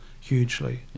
hugely